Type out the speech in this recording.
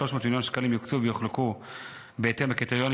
300 מיליון שקלים יוקצו ויחולקו בהתאם לקריטריונים